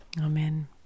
Amen